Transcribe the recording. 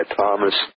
Thomas